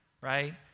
right